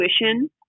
intuition